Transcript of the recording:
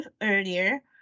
earlier